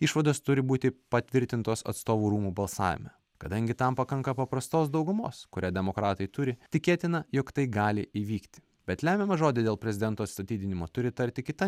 išvados turi būti patvirtintos atstovų rūmų balsavime kadangi tam pakanka paprastos daugumos kurią demokratai turi tikėtina jog tai gali įvykti bet lemiamą žodį dėl prezidento atstatydinimo turi tarti kita